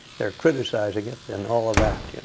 they're criticizing it. and all of that.